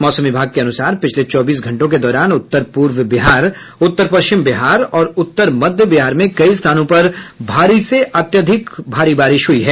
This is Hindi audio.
मौसम विभाग के अनुसार पिछले चौबीस घंटों के दौरान उत्तर पूर्व बिहार उत्तर पश्चिम बिहार और उत्तर मध्य बिहार में कई स्थानों पर भारी से अत्यधिक भारी बारिश हुई है